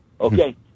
Okay